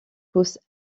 pousse